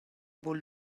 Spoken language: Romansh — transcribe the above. buca